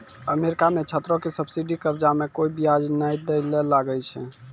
America मे छात्रो के सब्सिडी कर्जा मे कोय बियाज नै दै ले लागै छै